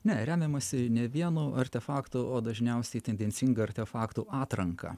ne remiamasi ne vieno artefaktu o dažniausiai tendencinga artefaktų atranka